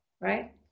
right